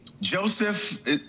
Joseph